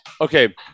okay